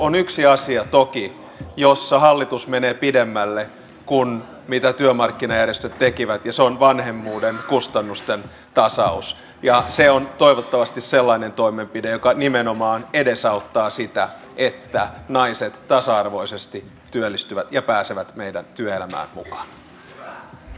on toki yksi asia jossa hallitus menee pidemmälle kuin mitä työmarkkinajärjestöt tekivät ja se on vanhemmuuden kustannusten tasaus ja se on toivottavasti sellainen toimenpide joka nimenomaan edesauttaa sitä että naiset tasa arvoisesti työllistyvät ja pääsevät meidän työelämään mukaan